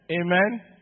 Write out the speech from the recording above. amen